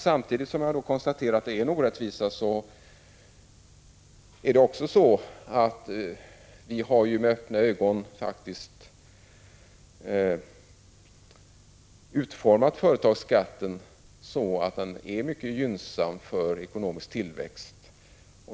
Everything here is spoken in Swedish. Samtidigt som jag konstaterar att det är en orättvisa vill jag gärna säga att vi faktiskt med öppna ögon utformat företagsskatten så att den är mycket gynnsam för ekonomisk tillväxt.